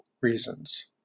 reasons